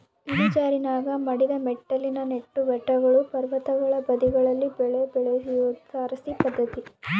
ಇಳಿಜಾರಿನಾಗ ಮಡಿದ ಮೆಟ್ಟಿಲಿನ ನೆಟ್ಟು ಬೆಟ್ಟಗಳು ಪರ್ವತಗಳ ಬದಿಗಳಲ್ಲಿ ಬೆಳೆ ಬೆಳಿಯೋದು ತಾರಸಿ ಪದ್ಧತಿ